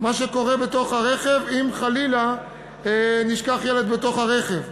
מה שקורה בתוך הרכב, אם חלילה נשכח ילד בתוך הרכב,